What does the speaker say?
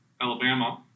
Alabama